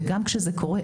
וגם כשזה קורה,